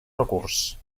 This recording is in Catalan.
recurs